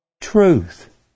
truth